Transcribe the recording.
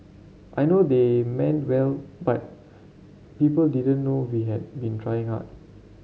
I know they meant well but people didn't know we had been trying hard